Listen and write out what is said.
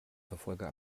verfolger